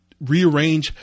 rearrange